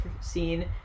scene